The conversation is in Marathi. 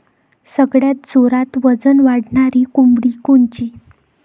सगळ्यात जोरात वजन वाढणारी कोंबडी कोनची?